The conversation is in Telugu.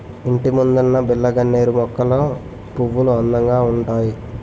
ఇంటిముందున్న బిల్లగన్నేరు మొక్కల పువ్వులు అందంగా ఉంతాయి